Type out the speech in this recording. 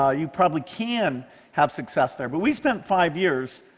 ah you probably can have success there, but we spent five years,